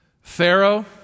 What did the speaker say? Pharaoh